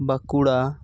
Bankura